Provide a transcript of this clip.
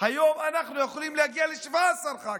היום אנחנו יכולים להגיע ל-17 ח"כים.